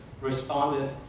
responded